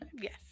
Yes